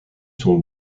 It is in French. sont